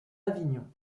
avignon